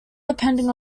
depending